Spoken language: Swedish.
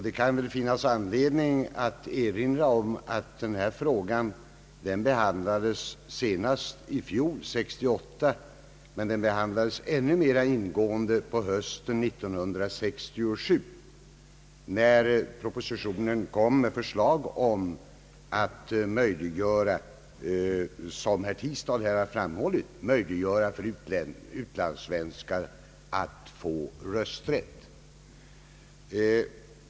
Det kan finnas anledning att erinra om att den här frågan behandlades senast i fjol och att den behandlades ännu mera ingående hösten 1967, när propositionen kom med förslag om att möjliggöra för utlandssvenskar att få rösträtt — något som också herr Tistad här har framhållit.